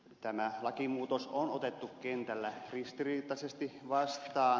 tämä lakimuutos on otettu kentällä ristiriitaisesti vastaan